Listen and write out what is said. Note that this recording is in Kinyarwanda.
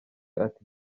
ati